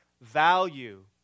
value